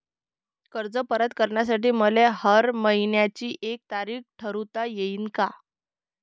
कर्ज परत करासाठी मले हर मइन्याची एक तारीख ठरुता येईन का?